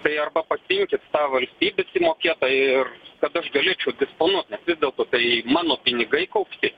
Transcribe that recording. tai arba pasiimkit tą valstybės įmokėtą ir kad aš galėčiau disponuot nes vis dėlto tai mano pinigai kaupti